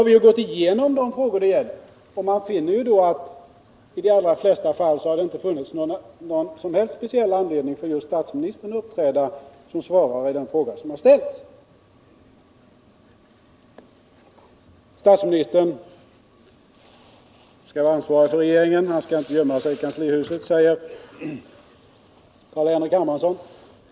Vi fann då att det i de allra flesta fall inte funnits någon som helst anledning för just statsministern att uppträda som svarare på den fråga som hade ställts. Statsministern skall ansvara för regeringen — han skall inte gömma sig i kanslihuset, säger Carl-Henrik Hermansson.